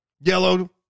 Yellow